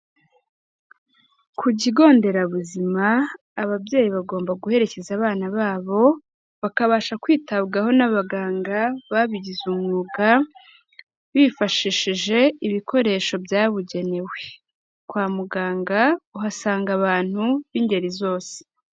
Ku kigo nderabuzima, ababyeyi bagomba guherekeza abana babo bakabasha kwitabwaho n'abaganga babigize umwuga, bifashishije ibikoresho byabugenewe, kwa muganga uhasanga abantu b'ingeri zose.